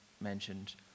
mentioned